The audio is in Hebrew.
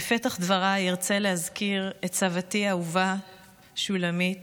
בפתח דבריי ארצה להזכיר את סבתי האהובה שולמית,